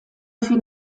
fin